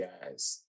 guys